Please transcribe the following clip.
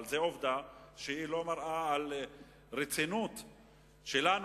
אבל זאת עובדה שלא מראה על רצינות שלנו,